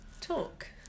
talk